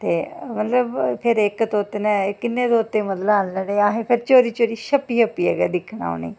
ते मतलब फिर इक तोते ने कि'न्नें तोते मतलब आह्न्ने ते असें फिर चोरी चोरी छप्पी छप्पियै गै दिक्खना उ'नें ई